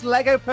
Lego